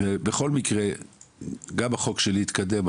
ובכל מקרה גם החוק שלי יתקדם,